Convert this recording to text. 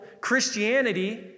Christianity